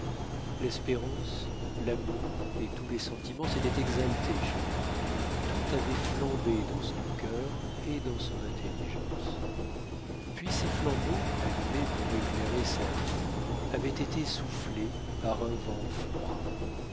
l'espérance l'amour et tous les sentiments s'étaient exaltés chez lui tout avait flambé dans son cœur et dans son intelligence puis ces flambeaux allumés pour éclairer sa vie avaient été soufflés par un vent froid